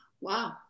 Wow